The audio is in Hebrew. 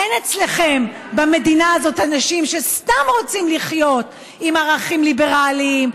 אין אצלכם במדינה הזאת אנשים שסתם רוצים לחיות עם ערכים ליברליים,